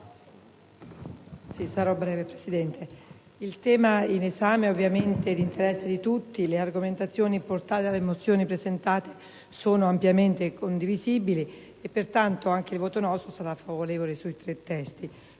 il tema in esame è di interesse di tutti, le argomentazioni portate dalle mozioni presentate sono ampiamente condivisibili e, pertanto, anche il nostro voto sarà favorevole sui tre testi.